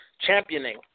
championing